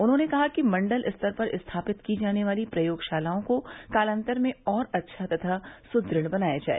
उन्होंने कहा कि मण्डल स्तर पर स्थापित की जाने वाली प्रयोगशालाओं को कालान्तर में और अच्छा तथा सुद्रढ़ बनाया जाए